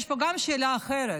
יש פה גם שאלה אחרת,